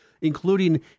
including